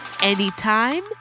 anytime